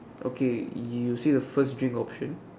okay you see the first drink option